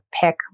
pick